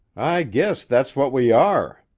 i guess that's what we are.